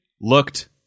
looked